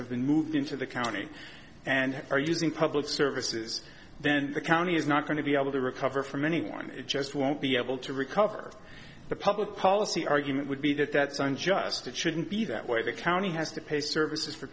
have been moved into the county and are using public services then the county is not going to be able to recover from anyone just won't be able to recover the public policy argument would be that that son just it shouldn't be that way the county has to pay services for